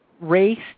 Race